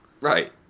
Right